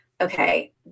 okay